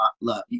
love